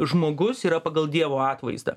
žmogus yra pagal dievo atvaizdą